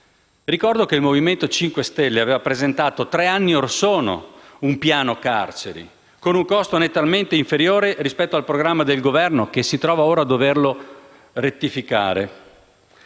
Ricordo che il Movimento 5 Stelle aveva presentato tre anni or sono un piano carceri, con un costo nettamente inferiore rispetto al programma del Governo che si trova ora a doverlo rettificare.